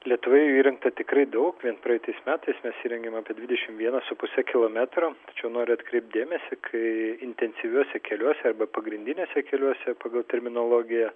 lietuvoje jų įrengta tikrai daug vien praeitais metais mes įrengėm apie dvidešim vieną su puse kilometro tačiau noriu atkreipt dėmesį kai intensyviuose keliuose arba pagrindiniuose keliuose pagal terminologiją